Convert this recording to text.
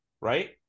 Right